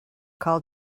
call